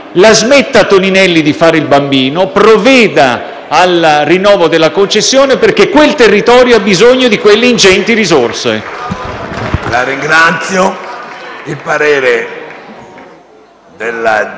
La smetta quindi Toninelli di fare il bambino, provveda al rinnovo della concessione, perché quel territorio ha bisogno di quelle ingenti risorse. *(Applausi